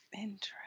Interesting